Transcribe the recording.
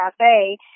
Cafe